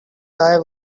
guy